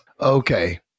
Okay